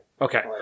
Okay